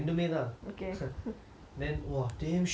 then !wah! damn shiok I swear